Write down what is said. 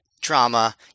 drama